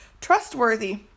trustworthy